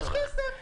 את לא שוכחת את זה.